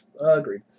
Agreed